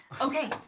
Okay